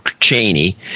Cheney